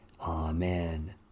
Amen